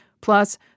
Plus